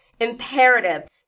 Imperative